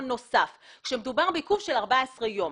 נוסף כאשר מדובר בעיכוב של 14 ימים.